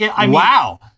wow